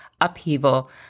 upheaval